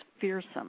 fearsome